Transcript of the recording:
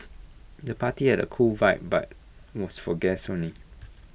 the party had A cool vibe but was for guests only